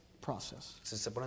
process